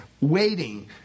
waiting